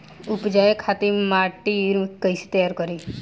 उपजाये खातिर माटी तैयारी कइसे करी?